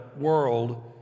world